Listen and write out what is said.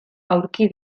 aurki